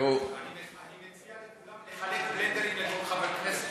אני מציע לכולם לחלק בלנדרים לכל חברי הכנסת,